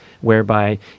whereby